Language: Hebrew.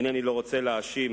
אינני רוצה להאשים